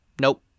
Nope